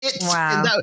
Wow